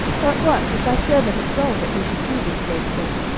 but what, is thy servant a dog, that he should do this great thing?